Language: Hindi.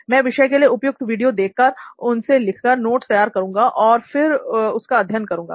मैं विषय के लिए उपयुक्त वीडियो देखकर उनसे लिखकर नोट्स तैयार करूंगा और फिर उसका अध्ययन करूंगा